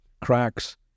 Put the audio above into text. cracks